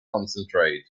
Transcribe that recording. concentrate